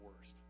worst